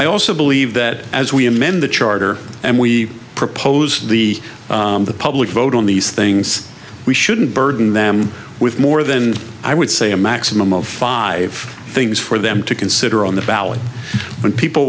i also believe that as we amend the charter and we propose the public vote on these things we shouldn't burden them with more than i would say a maximum of five things for them to consider on the ballot when people